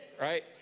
right